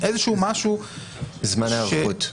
זמני היערכות.